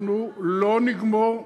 אנחנו לא נגמור,